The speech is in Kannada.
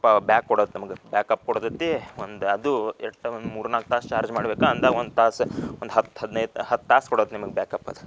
ಬ್ಯಾಕ್ ಕೊಡುತ್ತೆ ನಮಗೆ ಬ್ಯಾಕಪ್ ಕೊಡತೈತಿ ಒಂದು ಅದು ಇರ್ತಾವೆ ಒಂದು ಮೂರು ನಾಲ್ಕು ತಾಸು ಚಾರ್ಜ್ ಮಾಡಬೇಕಾ ಅಂದಾಗ ಒಂದು ತಾಸು ಒಂದು ಹತ್ತು ಹದಿನೈದು ಹತ್ತು ತಾಸು ಕೊಡುತ್ತೆ ನಿಮ್ಗೆ ಬ್ಯಾಕಪ್ ಅದು